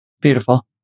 Beautiful